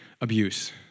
abuse